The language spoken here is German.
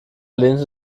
lehnte